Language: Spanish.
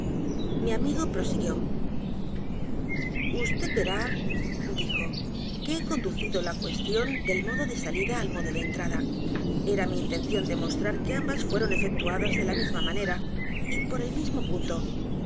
mi amigo prosiguió vd verá dijo que h e conducido la cuestión del modo de salida al modo de entrada e r a mi intención demostrar que ambas fueron efectuadas de la misma manera y por el mismo punto